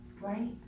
right